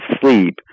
sleep